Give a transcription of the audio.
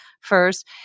first